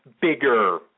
bigger